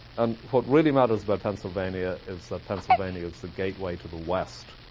and what really matters about pennsylvania is that pennsylvania is the gateway to the west,